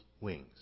wings